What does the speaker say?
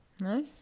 No